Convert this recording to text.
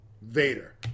Vader